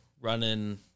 running